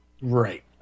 Right